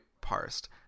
parsed